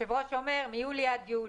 היושב-ראש אומר: מיולי עד יוני.